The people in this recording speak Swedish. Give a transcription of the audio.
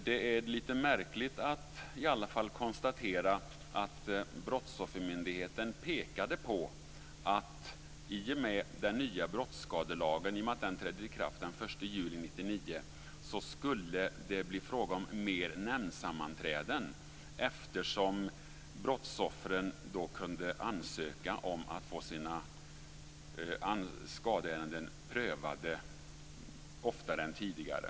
Det är ändå lite märkligt att konstatera att Brottsoffermyndigheten har pekat på att det då den nya brottsskadelagen trädde i kraft den 1 juli 1999 skulle bli fråga om mer nämndsammanträden, eftersom brottsoffren då kunde ansöka om att få sina skadeärenden prövade oftare än tidigare.